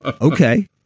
Okay